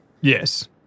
Yes